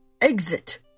Exit